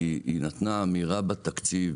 בחלק של השרה הזו, היא נתנה אמירה בתקציב,